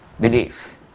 belief